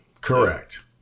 correct